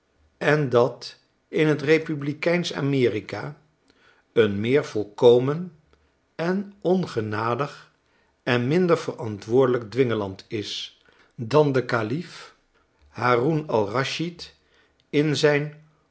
en dat in t republikeinsch araerik a een meer volkomen en ongenadig en minder verantwoordelijk dwingeland is dan de kalief haroun al raschid in zijn